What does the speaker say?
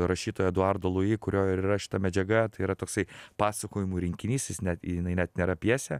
rašytojo eduardo luji kurio ir yra šita medžiaga tai yra toksai pasakojimų rinkinys jis net jinai net nėra pjesė